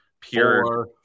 pure